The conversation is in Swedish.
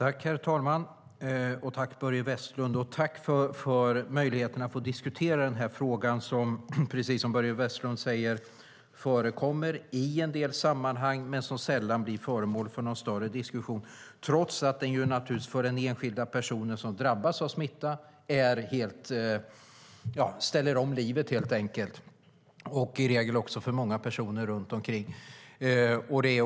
Herr talman! Tack, Börje Vestlund, för möjligheten att få diskutera frågan, som precis som Börje Vestlund säger förekommer i en del sammanhang men som sällan blir föremål för en större diskussion, trots att smittan är livsomställande för den enskilda person som drabbas och i regel också för många personer runt den smittade.